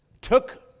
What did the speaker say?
took